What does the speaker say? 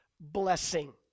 Blessing